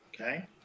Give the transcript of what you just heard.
Okay